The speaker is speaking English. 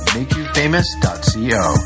MakeYouFamous.co